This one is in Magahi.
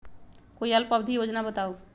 कोई अल्प अवधि योजना बताऊ?